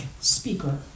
speaker